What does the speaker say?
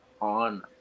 on